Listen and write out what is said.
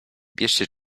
bierzcie